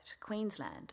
Queensland